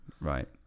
right